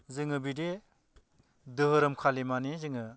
जोङो बिदि धोरोम फालियो माने जोङो